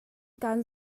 kan